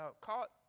caught